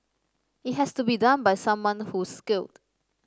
it has to be done by someone who's skilled